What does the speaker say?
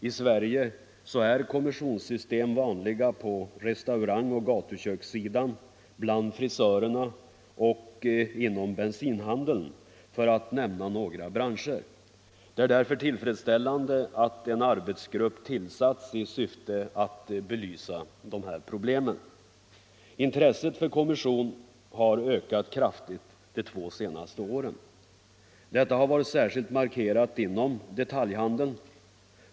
I Sverige är kommissionssystem vanliga på restaurangoch gatukökssidan, bland frisörerna och inom bensinhandeln för att nämna några branscher. Det är därför tillfredsställande att en arbetsgrupp tillsatts i syfte att belysa dessa problem. Intresset för kommission har ökat kraftigt de två senaste åren. Detta har varit särskilt markerat inom detaljhandeln.